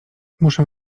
muszę